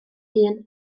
hun